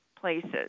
places